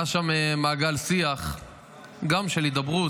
היה שם מעגל שיח גם של הידברות,